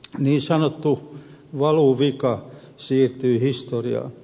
niin sanottu valuvika siirtyy historiaan